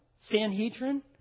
Sanhedrin